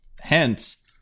Hence